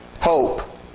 hope